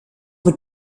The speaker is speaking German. mit